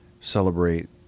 celebrate